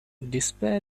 despair